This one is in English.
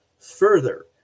Further